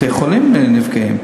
בתי-חולים נפגעים,